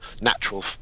natural